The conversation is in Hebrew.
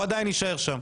הוא עדיין יישאר שם.